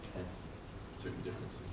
hence certain differences.